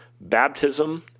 Baptism